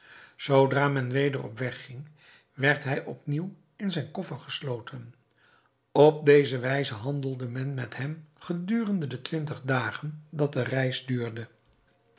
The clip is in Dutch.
zoodra men weder op weg ging werd hij op nieuw in zijn koffer gesloten op deze wijze handelde men met hem gedurende de twintig dagen dat de reis duurde